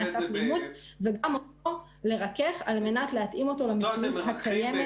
הסף לאימוץ וגם אותו לרכך על מנת להתאים אותו למסגרת הקיימת